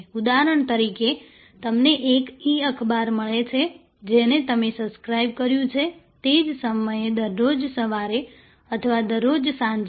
ઉદાહરણ તરીકે તમને એક ઈ અખબાર મળે છે જેને તમે સબ્સ્ક્રાઇબ કર્યું છે તે જ સમયે દરરોજ સવારે અથવા દરરોજ સાંજે